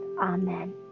Amen